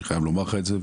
אני חייב לומר לך את זה.